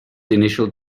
initial